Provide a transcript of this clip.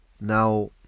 Now